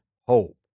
hope